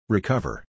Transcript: Recover